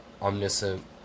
omniscient